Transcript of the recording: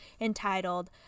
entitled